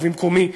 ובמקומי,